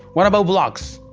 what about blocks,